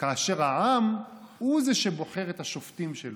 כאשר העם הוא שבוחר את השופטים שלו,